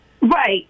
right